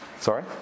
Sorry